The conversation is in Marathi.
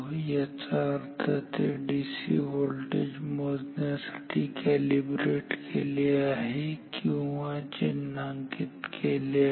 याचा अर्थ ते डीसी व्होल्टेज मोजण्यासाठी कॅलीब्रेट केले आहे किंवा चिन्हांकित केले आहे